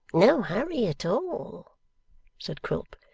no hurry at all said quilp.